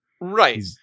right